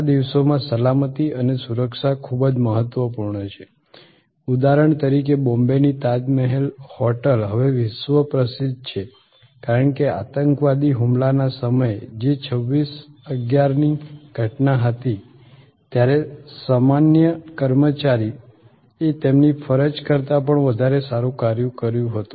આ દિવસોમાં સલામતી અને સુરક્ષા ખૂબ જ મહત્વપૂર્ણ છે ઉદાહરણ તરીકે બોમ્બેની તાજમહેલ હોટેલ હવે વિશ્વ પ્રસિદ્ધ છે કારણ કે આતંકવાદી હુમલાના સમયે જે 2611ની ઘટના હતી ત્યારે સમાન્ય કર્મચારી એ તેમની ફરજ કરતાં પણ વધારે સારું કાર્ય કર્યું હતું